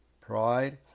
pride